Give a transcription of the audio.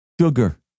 sugar